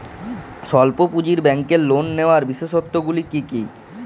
স্বল্প পুঁজির ব্যাংকের লোন নেওয়ার বিশেষত্বগুলি কী কী?